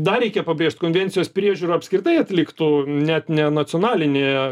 dar reikia pabrėžt konvencijos priežiūra apskritai atliktų net ne nacionalinėje